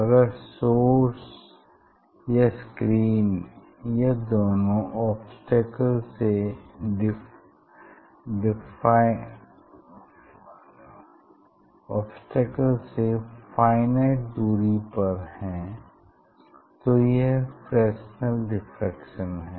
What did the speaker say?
अगर सोर्स या स्क्रीन या दोनों ऑब्स्टैकल से फाइनाइट दूरी पर हैं तो यह फ्रेसनल डिफ्रैक्शन हैं